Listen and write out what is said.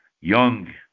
young